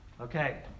Okay